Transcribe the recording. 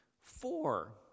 Four